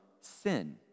sin